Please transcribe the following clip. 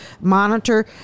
monitor